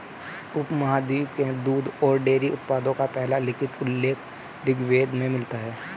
उपमहाद्वीप में दूध और डेयरी उत्पादों का पहला लिखित उल्लेख ऋग्वेद में मिलता है